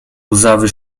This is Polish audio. łzawy